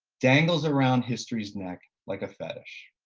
dangles around history's neck like a fetish.